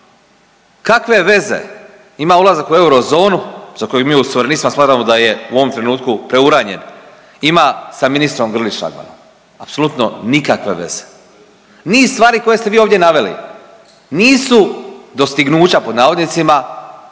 Kakve veze ima ulazak u eurozonu, za koju mi iz suverenistima smatramo da je u ovom trenutku preuranjen, ima sa ministrom Grlić Radmanom? Apsolutno nikakve veze. Niz stvari koje ste vi ovdje naveli nisu dostignuća, pod navodnicima,